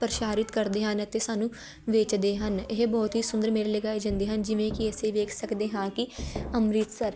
ਪ੍ਰਸ਼ਾਰਿਤ ਕਰਦੇ ਹਨ ਅਤੇ ਸਾਨੂੰ ਵੇਚਦੇ ਹਨ ਇਹ ਬਹੁਤ ਹੀ ਸੁੰਦਰ ਮੇਲੇ ਲਗਾਏ ਜਾਂਦੇ ਹਨ ਜਿਵੇਂ ਕਿ ਅਸੀਂ ਵੇਖ ਸਕਦੇ ਹਾਂ ਕਿ ਅੰਮ੍ਰਿਤਸਰ